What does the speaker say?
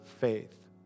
faith